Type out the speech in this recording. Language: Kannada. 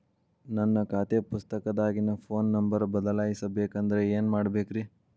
ನನ್ನ ಖಾತೆ ಪುಸ್ತಕದಾಗಿನ ಫೋನ್ ನಂಬರ್ ಬದಲಾಯಿಸ ಬೇಕಂದ್ರ ಏನ್ ಮಾಡ ಬೇಕ್ರಿ?